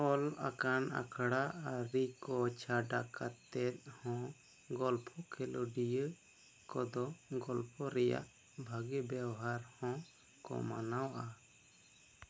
ᱚᱞ ᱟᱠᱟᱱ ᱟᱠᱷᱲᱟ ᱟ ᱨᱤᱠᱚ ᱪᱷᱟᱰᱟ ᱠᱟᱛᱮᱫ ᱦᱚᱸ ᱜᱚᱞᱯᱷᱚ ᱠᱷᱮᱞᱳᱰᱤᱭᱟ ᱠᱚᱫᱚ ᱜᱚᱞᱯᱚ ᱨᱮᱭᱟᱜ ᱵᱷᱟᱜᱮ ᱵᱮᱣᱦᱟᱨ ᱦᱚᱸ ᱠᱚ ᱢᱟᱱᱟᱣᱟ